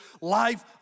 life